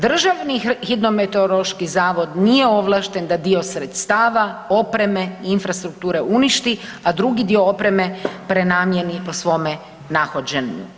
Državni hidrometeorološki zavod nije ovlašten da dio sredstava, opreme i infrastrukture uništi, a drugi dio opreme prenamijeni prema svome nahođenju.